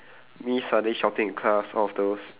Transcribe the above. me suddenly shouting in class all of those